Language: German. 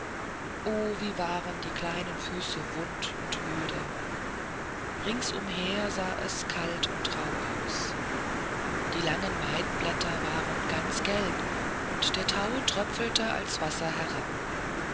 o wie waren die kleinen füße wund und müde rings umher sah es kalt und rauh aus die langen weidenblätter waren ganz gelb und der thau tröpfelte als wasser herab